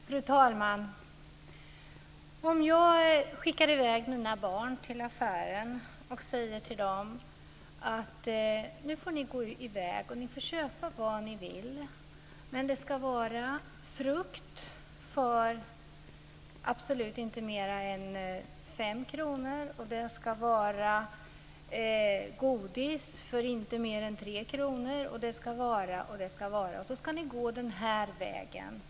Fru talman! Låt oss säga att jag skickar iväg mina barn till affären och säger till dem: Nu får ni gå iväg. Ni får köpa vad ni vill, men det ska vara frukt för absolut inte mer än fem kronor och godis för inte mer än tre kronor och det vara si och det ska vara så. Så ska ni gå den här vägen.